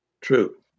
True